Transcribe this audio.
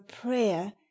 prayer